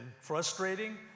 frustrating